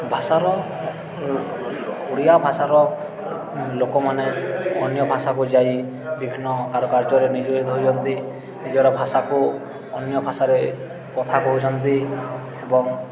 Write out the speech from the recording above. ଭାଷାର ଓଡ଼ିଆ ଭାଷାର ଲୋକମାନେ ଅନ୍ୟ ଭାଷାକୁ ଯାଇ ବିଭିନ୍ନ କାରୁକାର୍ଯ୍ୟରେ ନିୟୋଜିତ ହୋଇଛନ୍ତି ନିଜର ଭାଷାକୁ ଅନ୍ୟ ଭାଷାରେ କଥା କହୁଛନ୍ତି ଏବଂ